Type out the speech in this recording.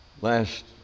last